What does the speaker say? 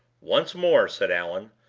once more! said allan,